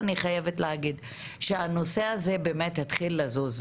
ואני חייבת להגיד שהנושא הזה באמת התחיל לזוז.